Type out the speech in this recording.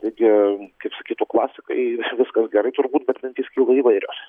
taigi kaip sakytų klasikaiviskas gerai turbūt bet mintys kyla įvairios